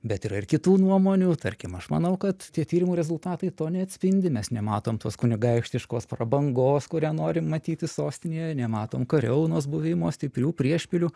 bet yra ir kitų nuomonių tarkim aš manau kad tie tyrimų rezultatai to neatspindi mes nematom tos kunigaikštiškos prabangos kurią norim matyti sostinėje nematom kariaunos buvimo stiprių priešpilių